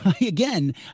Again